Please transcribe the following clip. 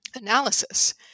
analysis